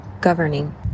governing